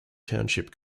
township